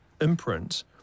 imprint